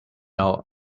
out